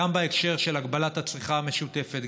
גם בהקשר של הגבלת הצריכה המשותפת,